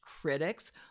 critics